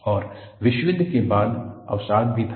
और विश्व युद्ध के बाद अवसाद भी था